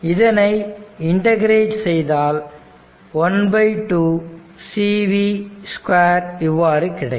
இதனை இன்டெகிரெட் செய்தால் ½ cv2 இவ்வாறு கிடைக்கும்